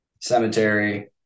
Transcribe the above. cemetery